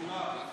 לכולם.